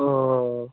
ஓ ஓ ஓ